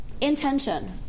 intention